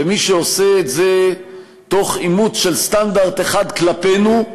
ומי שעושה את זה תוך אימוץ של סטנדרט אחד כלפינו,